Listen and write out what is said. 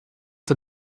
der